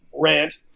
rant